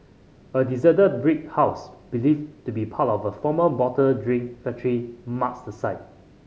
a deserted brick house believed to be part of a former bottled drink factory marks the site